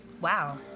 Wow